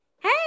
Hey